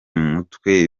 mutwe